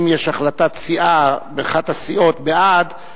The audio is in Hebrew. שאם יש החלטת סיעה באחת הסיעות בעד,